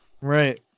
right